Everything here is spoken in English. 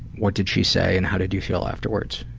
what did she say and how did you feel afterwards?